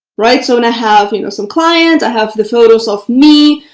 right so and i have you know, some clients, i have the photos of me,